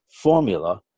formula